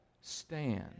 Stand